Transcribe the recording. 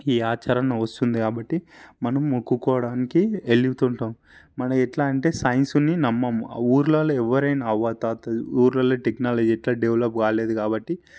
ఈ ఆచారం వస్తుంది కాబట్టి మనం మొక్కుకోడానికి ఎళుతుంటాం మనం ఎట్లా అంటే సైన్సుని నమ్మం ఊర్లలో ఎవరైనా అవ్వాతాతలు ఊర్లలో టెక్నాలజీ ఎట్లాగో డెవలప్ కాలేదు కాబట్టి